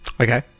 Okay